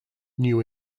new